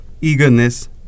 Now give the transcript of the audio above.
eagerness